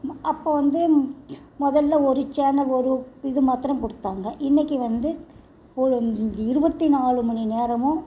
அப்போ வந்து முதல்ல ஒரு சேனல் ஒரு இது மத்தரும் கொடுத்தாங்க இன்றைக்கி வந்து ஒரு இருபத்தி நாலு மணி நேரமும்